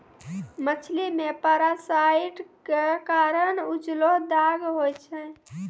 मछली मे पारासाइट क कारण उजलो दाग होय छै